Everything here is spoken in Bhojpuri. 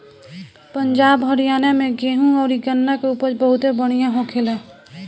पंजाब, हरियाणा में गेंहू अउरी गन्ना के उपज बहुते बढ़िया होखेला